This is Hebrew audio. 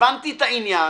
הבנתי את העניין.